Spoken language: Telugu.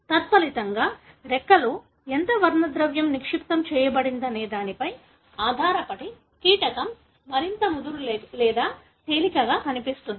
తత్ఫలితంగా రెక్కలో ఎంత వర్ణద్రవ్యం నిక్షిప్తం చేయబడిందనే దానిపై ఆధారపడి కీటకం మరింత ముదురు లేదా తేలికగా కనిపిస్తుంది